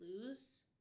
lose